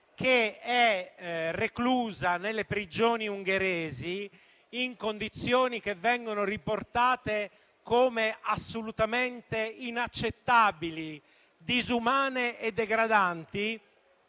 che è reclusa nelle prigioni ungheresi in condizioni che vengono riportate come assolutamente inaccettabili, disumane e degradanti,